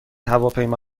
هواپیما